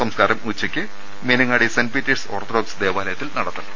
സംസ്കാരം ഉച്ചയ്ക്ക് Meenangadi saint Peter's Orthodox ദേവാലയത്തിൽ നടത്തും